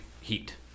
heat